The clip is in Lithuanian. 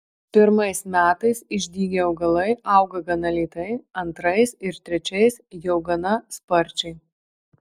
pirmais metais išdygę augalai auga gana lėtai antrais ir trečiais jau gana sparčiai